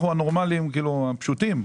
אנחנו הנורמליים הפשוטים.